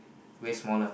way smaller